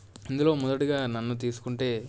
ఇందులో మొదటిగా నన్ను తీసుకుంటే